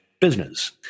business